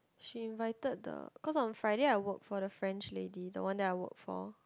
she invited the cause on Friday I worked for the French lady the one that I worked for